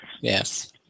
Yes